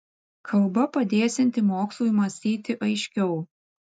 kalba padėsianti mokslui mąstyti aiškiau